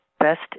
best